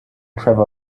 trevor